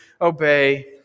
obey